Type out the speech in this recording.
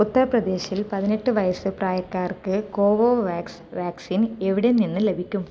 ഉത്തർ പ്രദേശിൽ പതിനെട്ട് വയസ്സ് പ്രായക്കാർക്ക് കോവോവാക്സ് വാക്സിൻ എവിടെ നിന്ന് ലഭിക്കും